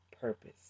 purpose